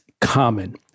common